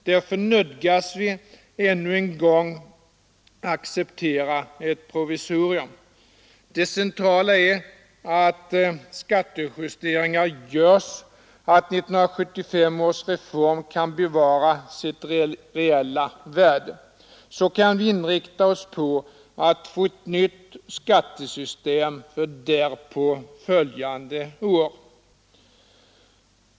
Därför nödgas vi ännu en gång acceptera ett provisorium. Det centrala är emellertid att skattejusteringar görs, att 1975 års reform kan bevara sitt reella värde. Då kan vi inrikta oss på att få ett nytt skattesystem det därpå följande året.